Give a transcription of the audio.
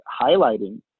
highlighting